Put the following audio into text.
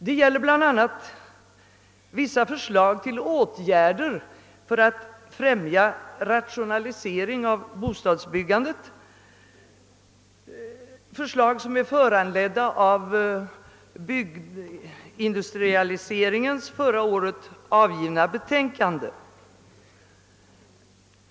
Det gäller bl.a. vissa förslag till åtgärder för att främja rationalisering av bostadsbyggandet. Förslagen är föranledda av byggindustrialiseringens förra året avgivna betänkande.